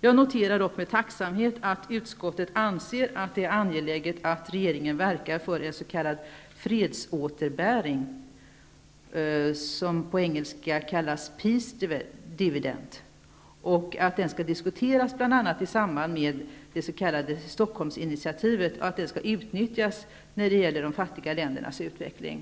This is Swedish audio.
Jag noterar dock med tacksamhet att utskottet anser att det är angeläget att regeringen verkar för en s.k. fredsåterbäring som på engelska kallas peace divident, och att den skall diskuteras i samband med det s.k. Stockholmsinitiativet och utnyttjas när det gäller de fattiga ländernas utveckling.